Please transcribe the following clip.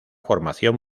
formación